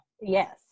yes